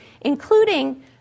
including